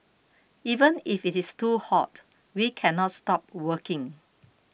even if it is too hot we can not stop working